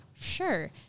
sure